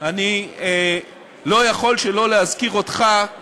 אני לא יכול שלא להזכיר בערב הזה אותך